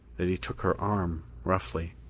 that he took her arm roughly.